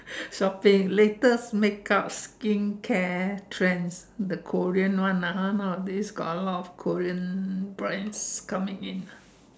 shopping latest makeup skincare trends the Korean one ah ha nowadays got a lot of Korean brands coming in